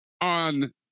on